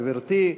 גברתי,